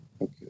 Okay